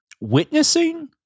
witnessing